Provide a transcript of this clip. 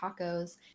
tacos